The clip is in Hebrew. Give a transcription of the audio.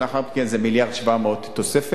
ולאחר מכן זה מיליארד ו-700 תוספת.